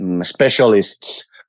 specialists